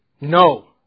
no